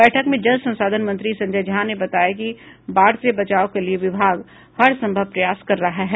बैठक में जल संसाधन मंत्री संजय झा ने बताया कि बाढ़ से बचाव के लिए विभाग हर संभव प्रयास कर रहा है